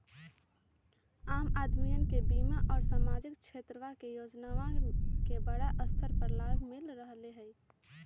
आम अदमीया के बीमा और सामाजिक क्षेत्रवा के योजनावन के बड़ा स्तर पर लाभ मिल रहले है